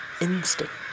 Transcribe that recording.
instinct